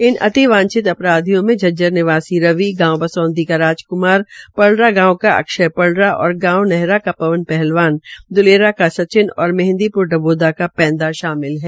इन अति वांछित अपराधियों में झज्जर निवासी रवि गांव व सौंदी का राजक्मार पलड़ा गांव का अक्षय पलड़ा और गांव नहरा का पवन पहलवान दुलेरा का सचिव और मेंहदी डबोदा का पैदा शामिल है